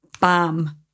bam